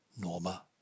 Norma